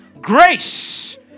grace